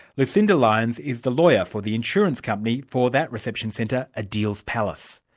lucinda lyons is the lawyer for the insurance company for that reception centre, adeels palace.